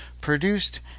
produced